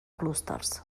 clústers